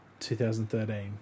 2013